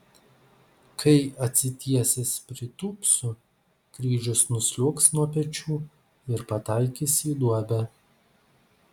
kai atsitiesęs pritūpsiu kryžius nusliuogs nuo pečių ir pataikys į duobę